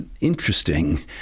interesting